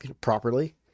Properly